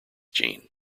gene